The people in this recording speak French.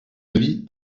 avis